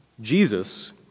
Jesus